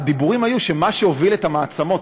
הדיבורים היו שמה שהוביל את המעצמות,